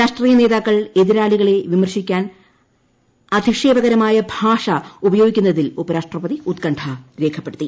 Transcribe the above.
രാഷ്ട്രീയ നേതാക്കൾ എതിരാളികളെ വിമർശിക്കാൻ അധിക്ഷേപകരമായ ഭാഷ ഉപയോഗിക്കുന്നതിൽ ഉപരാഷ്ട്രപതി ഉത്ഖണ്ഠ രേഖപ്പെടുത്തി